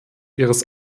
ihres